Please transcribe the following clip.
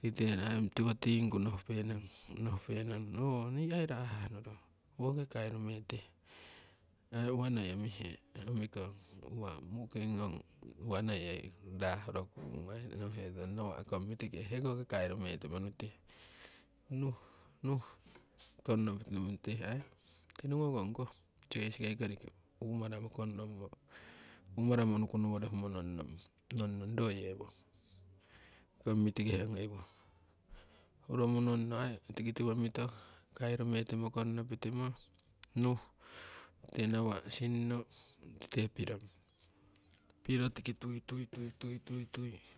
tiki te tiwo tiingku nohupe nong oho nii aii rahah nurong woki kairume tihe. Aii uwa noi omihe, omikong uwa mu'king ngong uwa noi rah horokung aii nonghe nong nawa' kong mitike heko kairu metimo nutihe nuh nuh kongnopi timo nutihe aii. Tirugoko ongi koh jsk koriki umaramo kongnommo, umaramo unuku nowori humo nongrong ro yewo, kong mitike ongi iwo huro monongno aii tiki tiwo mito kairu metimo kongnopi timo nuh tikite nawa' sinno tikite pirong, piro tiki tui tui.